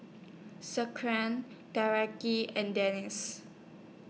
and Deris